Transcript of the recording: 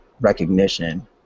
recognition